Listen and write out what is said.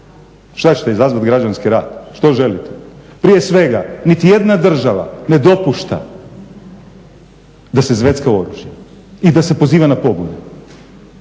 Šta ćete izazvati građanski rat? što želite? Prije svega niti jedna država ne dopušta da se zvecka oružjem i da se poziva na pobune